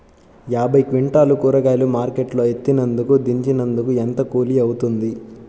యాభై క్వింటాలు కూరగాయలు మార్కెట్ లో ఎత్తినందుకు, దించినందుకు ఏంత కూలి అవుతుంది?